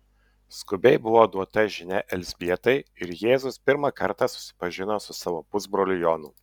skubiai buvo duota žinia elzbietai ir jėzus pirmą kartą susipažino su savo pusbroliu jonu